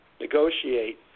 negotiate